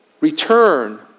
Return